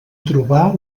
trobar